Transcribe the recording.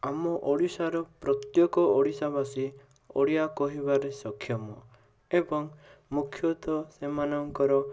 ଆମ ଓଡ଼ିଶାର ପ୍ରତ୍ୟେକ ଓଡ଼ିଶାବାସୀ ଓଡ଼ିଆ କହିବାରେ ସକ୍ଷମ ଏବଂ ମୁଖ୍ୟତଃ ସେମାନଙ୍କର